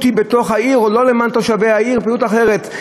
היא בתוך העיר או לא למען תושבי העיר או פעילות אחרת?